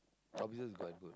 officers quite good